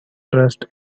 dressed